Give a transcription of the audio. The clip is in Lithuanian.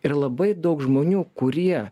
ir labai daug žmonių kurie